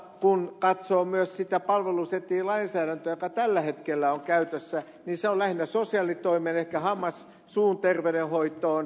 kun katsoo myös sitä palvelusetelilainsäädäntöä joka tällä hetkellä on käytössä niin se on lähinnä sosiaalitoimeen ehkä hammas suun terveydenhoitoon